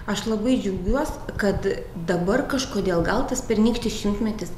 aš labai džiaugiuos kad dabar kažkodėl gal tas pernykštis šimtmetis